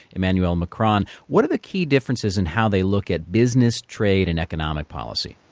emmanuel macron. what are the key differences in how they look at business, trade and economic policy?